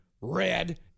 red